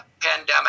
pandemic